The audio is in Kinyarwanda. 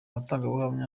batangabuhamya